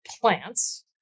plants